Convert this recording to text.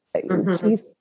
Please